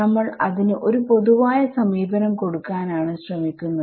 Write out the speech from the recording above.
നമ്മൾ അതിന് ഒരു പൊതുവായ സമീപനം കൊടുക്കാൻ ആണ് ശ്രമിക്കുന്നത്